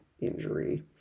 injury